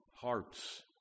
Hearts